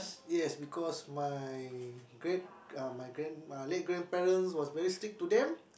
yes because my great uh my grand~ late grandparents was very strict to them